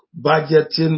budgeting